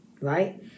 right